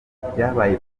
byabaye